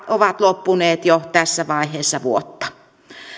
ovat loppuneet jo tässä vaiheessa vuotta